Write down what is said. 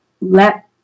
let